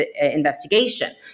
investigation